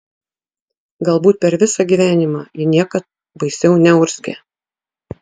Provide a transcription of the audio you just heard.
galbūt per visą gyvenimą ji niekad baisiau neurzgė